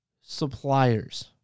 suppliers